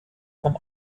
vom